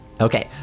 Okay